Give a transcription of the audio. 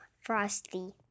Frosty